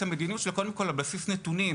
המדיניות שלו קודם כול על בסיס נתונים,